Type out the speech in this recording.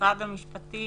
משרד המשפטים?